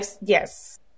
yes